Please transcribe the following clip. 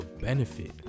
benefit